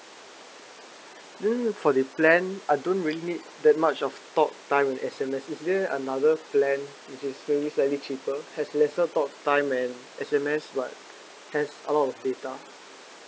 then for the plan I don't really need that much of talk time S_M_S is there another plan which is maybe slightly cheap has lesser talk time and S_M_S but has a lot of data